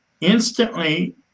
instantly